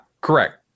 correct